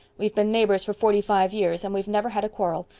we've been neighbors for forty-five years and we've never had a quarrel.